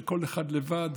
שבה כל אחד לבד,